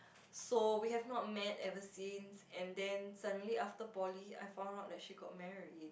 so we have not met ever since and then suddenly after poly I found out that she got married